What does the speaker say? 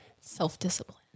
self-discipline